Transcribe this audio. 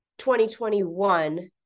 2021